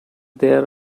there